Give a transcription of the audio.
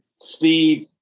Steve